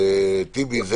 זה לא יהיה, טיבי.